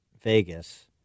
Vegas